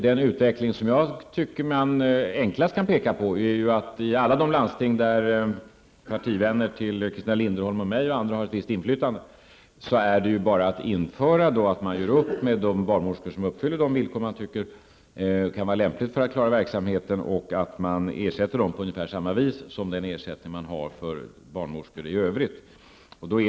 Den utveckling jag tycker man enklast kan peka på är den som har ägt rum i alla de landsting där partivänner till mig och Christina Linderholm har ett visst inflytande, där man helt enkelt kan göra upp med de barnmorskor som uppfyller de villkor man tycker kan vara lämpliga för att de skall klara verksamheten och ersätta dem på ungefär samma sätt som gäller för barnmorskor i övrigt.